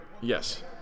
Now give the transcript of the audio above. Yes